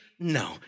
No